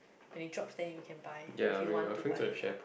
when you drops then you can buy if you want to buy it lah